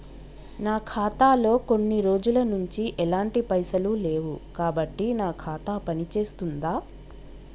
నా ఖాతా లో కొన్ని రోజుల నుంచి ఎలాంటి పైసలు లేవు కాబట్టి నా ఖాతా పని చేస్తుందా?